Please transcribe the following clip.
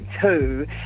two